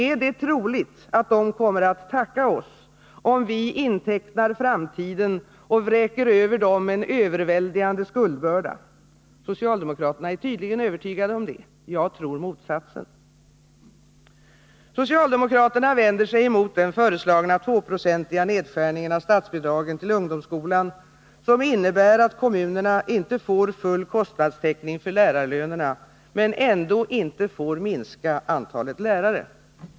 Är det troligt att de kommer att tacka oss, om vi intecknar framtiden och vräker över dem en överväldigande skuldbörda? Socialdemokraterna är tydligen övertygade om det. Jag tror motsatsen. Socialdemokraterna vänder sig emot den föreslagna 2-procentiga nedskärningen av statsbidragen till ungdomsskolan, som innebär att kommunerna inte får full kostnadstäckning för lärarlönerna men ändå inte får minska antalet lärare.